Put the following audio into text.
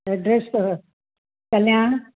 address अथव कल्याण